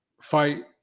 fight